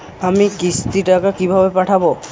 আমি কিস্তির টাকা কিভাবে পাঠাব?